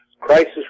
crisis